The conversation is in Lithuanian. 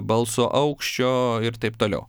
balso aukščio ir taip toliau